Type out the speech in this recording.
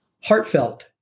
heartfelt